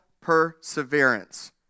perseverance